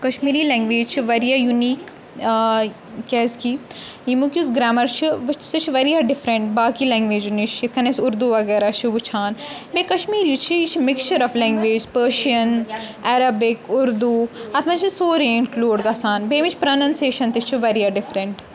Kashmiri language چھِ واریاہ unique کیازِ کہِ ییٚمیُک یُس گریمَر چھُ سُہ چھِ واریاہ ڈِفرَنٛٹ باقٕے لنٛگویجو نِش یِتھ کٔنۍ اَسہِ اردوٗ وغیرہ چھِ وٕچھان بیٚیہِ کَشمیٖری چھِ یہِ چھِ mixture of language Persian Arabic Urdu اَتھ منٛز چھِ سورُے اِنکٕلوٗڈ گژھان بیٚیہِ امِچ پرٛنَنسیشَن تہِ چھِ واریاہ ڈِفرَنٛٹ